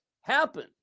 happen